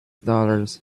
dollars